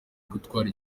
ugutwara